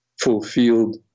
fulfilled